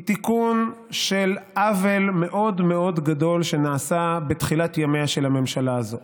היא תיקון של עוול מאוד מאוד גדול שנעשה בתחילת ימיה של הממשלה הזאת.